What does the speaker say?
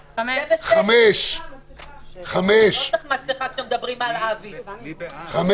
רוויזיה על הסתייגות מס' 3. מי בעד?